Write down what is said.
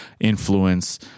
influence